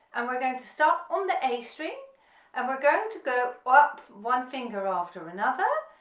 and we're going to start on the a string and we're going to go up, one finger after another,